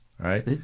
Right